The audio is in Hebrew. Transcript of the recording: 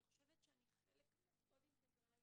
אני חושבת שאני חלק מאוד אינטגרלי